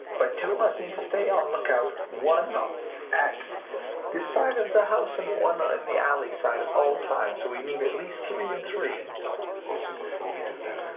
but two of us need to stay on lookout. one at this side of the house and one in the alley side at all times. so we need at least three and three. liam also, before we do that,